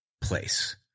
place